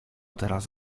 teraz